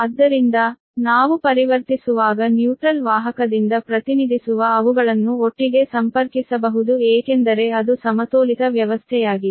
ಆದ್ದರಿಂದ ನಾವು ಪರಿವರ್ತಿಸುವಾಗ ನ್ಯೂಟ್ರಲ್ ವಾಹಕದಿಂದ ಪ್ರತಿನಿಧಿಸುವ ಅವುಗಳನ್ನು ಒಟ್ಟಿಗೆ ಸಂಪರ್ಕಿಸಬಹುದು ಏಕೆಂದರೆ ಅದು ಸಮತೋಲಿತ ವ್ಯವಸ್ಥೆಯಾಗಿದೆ